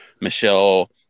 Michelle